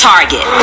Target